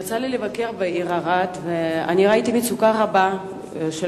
יצא לי לבקר בעיר ערד וראיתי מצוקה רבה של